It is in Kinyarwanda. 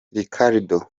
ricardo